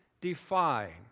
defy